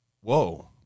Whoa